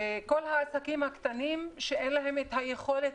וכל העסקים הקטנים שאין להם את היכולת